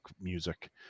music